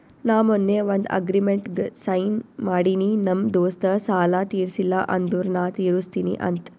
ನಾ ಮೊನ್ನೆ ಒಂದ್ ಅಗ್ರಿಮೆಂಟ್ಗ್ ಸೈನ್ ಮಾಡಿನಿ ನಮ್ ದೋಸ್ತ ಸಾಲಾ ತೀರ್ಸಿಲ್ಲ ಅಂದುರ್ ನಾ ತಿರುಸ್ತಿನಿ ಅಂತ್